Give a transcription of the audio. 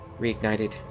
reignited